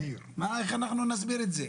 איך אנחנו נסביר את זה.